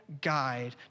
guide